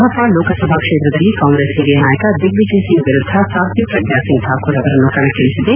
ಭೋಪಾಲ್ ಲೋಕಸಭಾ ಕ್ಷೇತ್ರದಲ್ಲಿ ಕಾಂಗ್ರೆಸ್ ಹಿರಿಯ ನಾಯಕ ದಿಗ್ನಿಜಯ್ ಸಿಂಗ್ ವಿರುದ್ದ ಸಾಧ್ಜಿ ಶ್ರಗ್ಲಾ ಸಿಂಗ್ ಠಾಕೂರ್ ಅವರನ್ನು ಕಣಕ್ಕಿಳಿಸಿದೆ